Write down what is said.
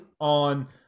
on